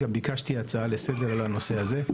הגשתי גם הצעה לסדר היום בנושא הזה.